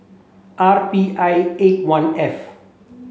R P I eight one F